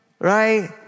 right